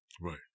Right